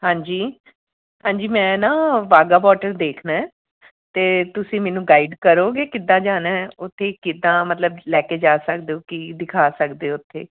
ਹਾਂਜੀ ਹਾਂਜੀ ਮੈਂ ਨਾ ਬਾਗਾ ਬੋਡਰ ਦੇਖਣਾ ਅਤੇ ਤੁਸੀਂ ਮੈਨੂੰ ਗਾਈਡ ਕਰੋਗੇ ਕਿੱਦਾਂ ਜਾਣਾ ਉੱਥੇ ਕਿੱਦਾਂ ਮਤਲਬ ਲੈ ਕੇ ਜਾ ਸਕਦੇ ਹੋ ਕੀ ਦਿਖਾ ਸਕਦੇ ਉੱਥੇ